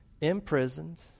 imprisoned